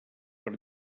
per